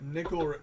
Nickel